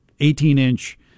18-inch